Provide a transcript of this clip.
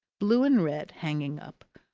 blue and red, hanging up.